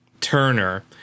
Turner